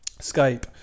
Skype